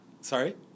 Sorry